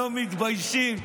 לא מתביישים.